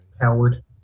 Howard